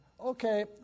Okay